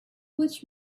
which